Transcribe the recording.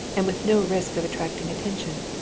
and with no risk of attracting attention.